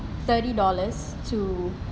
thirty dollars to